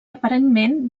aparentment